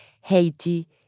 Haiti